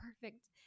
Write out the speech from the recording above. perfect